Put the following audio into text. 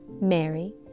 Mary